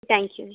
தேங்க்யூங்க